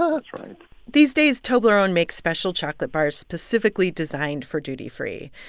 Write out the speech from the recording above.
that's right these days, toblerone makes special chocolate bars specifically designed for duty free.